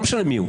לא משנה מי הוא,